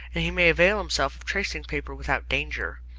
and he may avail himself of tracing-paper without danger.